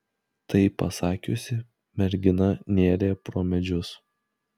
tai pasakiusi mergina nėrė pro medžius